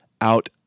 out